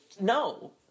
No